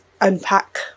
unpack